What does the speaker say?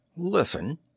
Listen